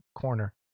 corner